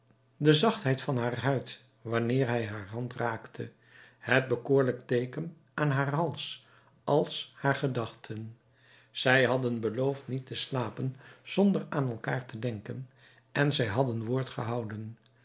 de zachtheid van haar huid wanneer hij haar hand raakte het bekoorlijk teeken aan haar hals al haar gedachten zij hadden beloofd niet te slapen zonder aan elkaar te denken en zij hadden woord gehouden